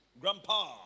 Grandpa